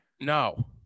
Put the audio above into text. No